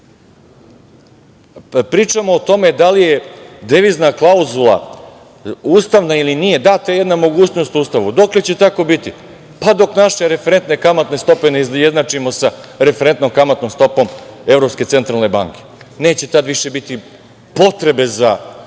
bilo. Pričamo o tome da li je devizna klauzula ustavna ili nije. Data je jedna mogućnost u Ustavu. Dokle će tako biti? Pa, dok naše referentne kamatne stope ne izjednačimo sa referentnom kamatnom stopom Evropske centralne banke. Neće tad više biti potrebe za